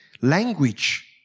language